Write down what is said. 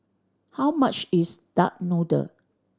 how much is duck noodle